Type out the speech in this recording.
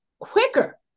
quicker